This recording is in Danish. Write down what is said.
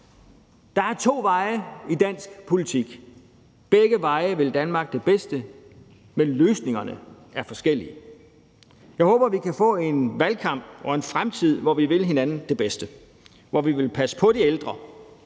Der er to veje i dansk politik. Begge veje vil Danmark det bedste, men løsningerne er forskellige. Jeg håber, vi kan få en valgkamp og en fremtid, hvor vi vil hinanden det bedste, hvor vi vil passe på de ældre